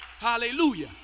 Hallelujah